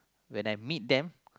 when I meet them